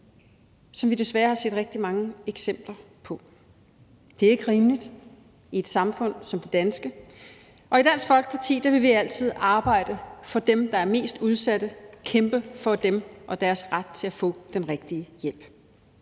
vi desværre har set rigtig mange eksempler på. Det er ikke rimeligt i et samfund som det danske. Og i Dansk Folkeparti vil vi altid arbejde for dem, der er mest udsatte, og kæmpe for deres ret til at få den rigtige hjælp.